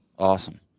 Awesome